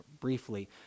briefly